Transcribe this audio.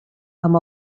amb